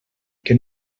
que